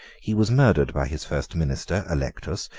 he was murdered by his first minister, allectus,